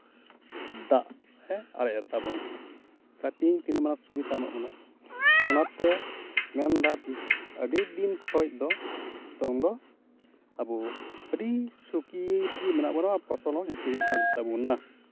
ᱫᱟᱜ ᱮ ᱟᱨᱮᱡ ᱟᱛᱟ ᱵᱚᱱ ᱠᱟᱱᱟ ᱛᱮᱦᱮᱧ ᱛᱤᱱᱟᱹᱜ ᱢᱟᱨᱟᱝ ᱥᱩᱵᱤᱫᱷᱟᱭ ᱮᱢᱟᱜ ᱵᱚᱱᱟ ᱚᱱᱟᱛᱮ ᱢᱮᱱᱫᱟ ᱟᱹᱰᱤ ᱫᱤᱱ ᱠᱷᱚᱡ ᱫᱚ ᱱᱤᱛᱚᱝ ᱫᱚ ᱟᱵᱚ ᱟᱹᱰᱤ ᱥᱳᱠᱷᱤ ᱨᱮᱜᱮ ᱢᱮᱱᱟᱜ ᱵᱚᱱᱟ ᱯᱷᱚᱥᱚᱞ ᱦᱚᱸ ᱡᱟᱹᱥᱛᱤ ᱦᱩᱭᱩᱜ ᱠᱟᱱ ᱛᱟᱵᱳᱱᱟ